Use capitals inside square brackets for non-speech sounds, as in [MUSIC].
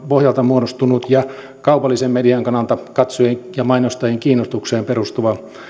[UNINTELLIGIBLE] pohjalta muodostunut ja kaupallisen median kannalta katsojien ja mainostajien kiinnostukseen perustuva